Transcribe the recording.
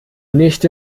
nicht